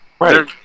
right